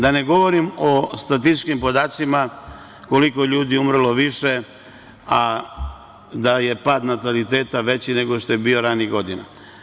Da ne govorim o statističkim podacima koliko ljudi je umrlo više, a da je pad nataliteta veći nego što je bio ranijih godina.